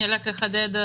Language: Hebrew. אני רק אחדד.